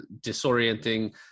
disorienting